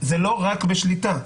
זה לא רק בשליטה,